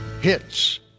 Hits